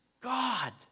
God